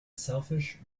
selfish